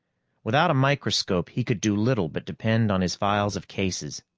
without a microscope, he could do little but depend on his files of cases.